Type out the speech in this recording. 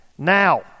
Now